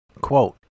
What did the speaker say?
Quote